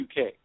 UK